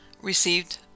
received